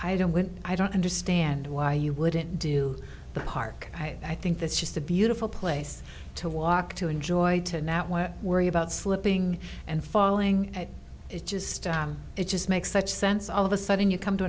i don't when i don't understand why you wouldn't do the park i think that's just a beautiful place to walk to enjoy to now what we're about slipping and falling and it just it just makes such sense all of a sudden you come to